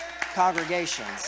congregations